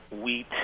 wheat